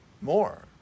More